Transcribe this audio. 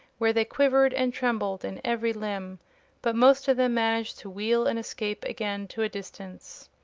where they quivered and trembled in every limb but most of them managed to wheel and escape again to a distance.